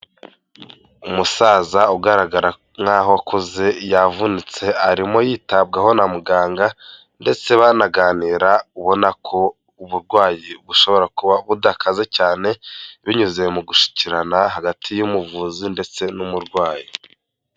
Umusaza ugaragara nk'aho akuze yavunitse, arimo yitabwaho na muganga ndetse banaganira ubona ko uburwayi bushobora kuba budakaze cyane binyuze mu gushyikirana hagati y'umuvuzi ndetse n'umurwayi.